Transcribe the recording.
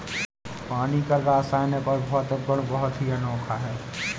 पानी का रासायनिक और भौतिक गुण बहुत ही अनोखा है